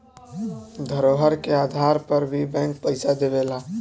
धरोहर के आधार पर भी बैंक पइसा देवेला